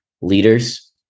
leaders